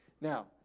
Now